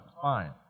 fine